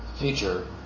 feature